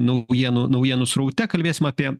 naujienų naujienų sraute kalbėsim apie